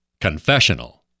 confessional